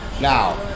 Now